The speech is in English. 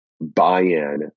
buy-in